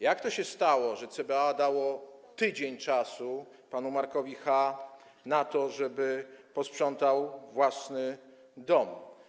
Jak to się stało, że CBA dało tydzień panu Markowi Ch. na to, żeby posprzątał własny dom.